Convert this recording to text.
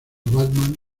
batman